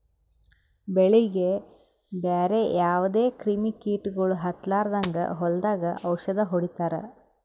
ಬೆಳೀಗಿ ಬ್ಯಾರೆ ಯಾವದೇ ಕ್ರಿಮಿ ಕೀಟಗೊಳ್ ಹತ್ತಲಾರದಂಗ್ ಹೊಲದಾಗ್ ಔಷದ್ ಹೊಡಿತಾರ